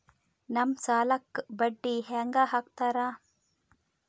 ನಮ್ ಸಾಲಕ್ ಬಡ್ಡಿ ಹ್ಯಾಂಗ ಹಾಕ್ತಾರ?